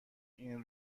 این